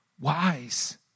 wise